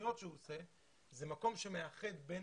התוכניות שהוא עושה, זה מקום שמאחד בין